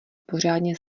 pořádně